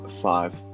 five